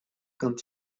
quand